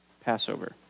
Passover